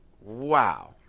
Wow